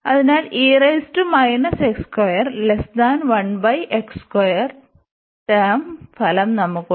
അതിനാൽ ടേം ഫലം നമുക്ക് ഉണ്ട്